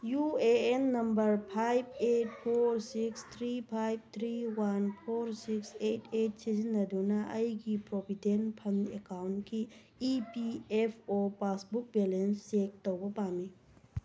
U A N number five eight four six three five three one four six eight eight ꯁꯤꯖꯤꯟꯅꯗꯨꯅ ꯑꯩꯒꯤ provident fund ꯑꯦꯛꯀꯥꯎꯟꯒꯤ E P F O passbook balance check ꯇꯧꯕ ꯄꯥꯝꯃꯤ